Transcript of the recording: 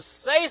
say